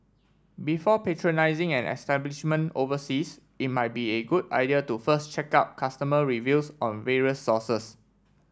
before patronising an establishment overseas it might be a good idea to first check out customer reviews on various sources